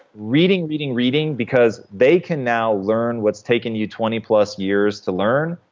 reading, reading, reading, because they can now learn what's taken you twenty plus years to learn.